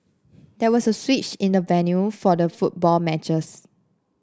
there was a switch in the venue for the football matches